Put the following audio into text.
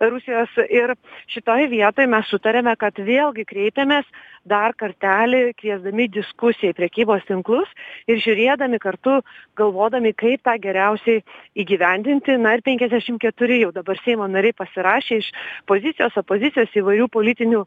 rusijos ir šitoj vietoj mes sutarėme kad vėlgi kreipėmės dar kartelį kviesdami diskusijai prekybos tinklus ir žiūrėdami kartu galvodami kaip tą geriausiai įgyvendinti na ir penkiasdešimt keturi jau dabar seimo nariai pasirašė iš pozicijos opozicijos įvairių politinių